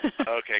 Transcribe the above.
Okay